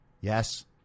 Yes